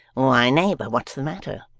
why neighbour, what's the matter?